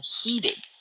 heated